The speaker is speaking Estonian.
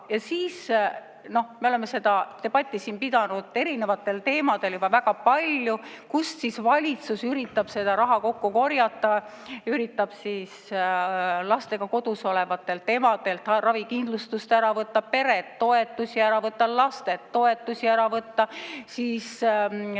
Me oleme seda debatti siin erinevatel teemadel juba väga palju pidanud, et kust siis valitsus üritab seda raha kokku korjata: üritab lastega kodus olevatelt emadelt ravikindlustust ära võtta, peretoetusi ära võtta, lastetoetusi ära võtta; pannakse